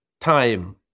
time